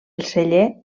celler